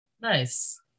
Nice